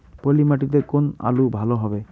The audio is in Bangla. পলি মাটিতে কোন আলু ভালো হবে?